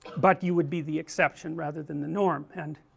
but you would be the exception rather than the norm, and